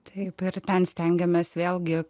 taip ir ten stengiamės vėlgi